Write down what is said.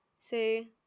Say